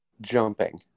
jumping